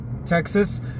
Texas